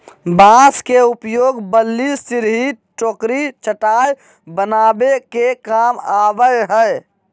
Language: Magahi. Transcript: बांस के उपयोग बल्ली, सिरही, टोकरी, चटाय बनावे के काम आवय हइ